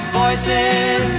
voices